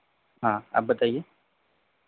हाँ अब बताइए